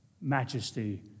Majesty